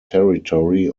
territory